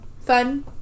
fun